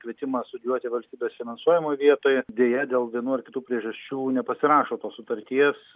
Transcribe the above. kvietimą studijuoti valstybės finansuojamoe vietoj deja dėl vienų ar kitų priežasčių nepasirašo sutarties